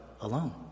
alone